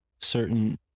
certain